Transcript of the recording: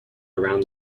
around